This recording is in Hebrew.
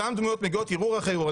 אותן דמויות מגיעות ערעור אחרי ערעור.